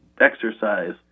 exercise